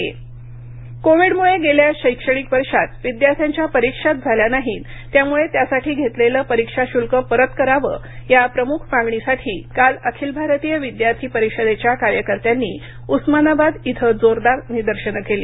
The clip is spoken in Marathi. उस्मानाबाद कोविडमूळे गेल्या शैक्षणिक वर्षात विद्यार्थ्यांच्या परीक्षाच झाल्या नाहीत त्यामूळे त्यासाठी घेतलेले परीक्षा शूल्क परत करावं या प्रमूख मागणीसाठी काल अखिल भारतीय विद्यार्थी परिषदेच्या कार्यकर्त्यांनी उस्मानाबाद इथ जोरदार निदर्शने केली